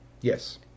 Yes